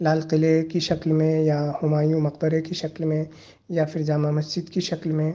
لال قلعے کی شکل میں یا ہمایوں مقبرے کی شکل میں یا پھر جامع مسجد کی شکل میں